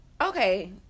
Okay